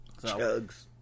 Chugs